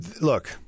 Look